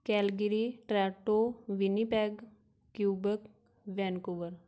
Calgary Toronto Winnipeg Quebec Vancouver